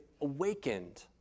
awakened